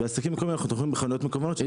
בעסקים מקומיים אנחנו תומכים בחנויות מקוונות.